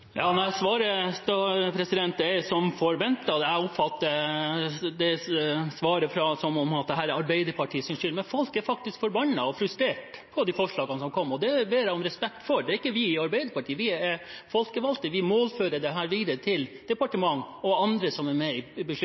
Svaret var som forventet. Jeg oppfatter det svaret dit hen at dette er Arbeiderpartiets skyld. Men folk – ikke vi i Arbeiderpartiet – er faktisk forbannet og frustrert over de forslagene som er kommet, og det ber jeg om respekt for. Vi i Arbeiderpartiet er folkevalgte, og vi målfører dette videre til departementet og andre som er med i